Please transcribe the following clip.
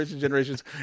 generations